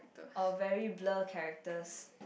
or very blur characters